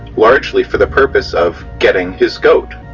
largely for the purpose of getting his goat.